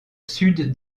sud